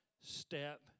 step